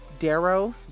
Darrow